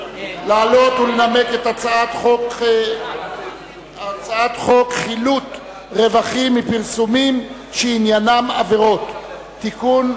לעלות ולנמק את הצעת חוק חילוט רווחים מפרסומים שעניינם עבירות (תיקון,